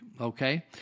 Okay